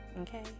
okay